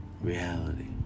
reality